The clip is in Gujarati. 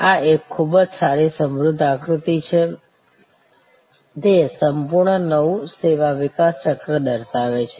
આ એક ખૂબ જ સારી સમૃદ્ધ આકૃતિ છે તે સંપૂર્ણ નવું સેવા વિકાસ ચક્ર દર્શાવે છે